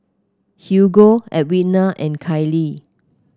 Hugo Edwina and Cali